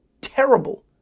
terrible